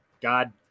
God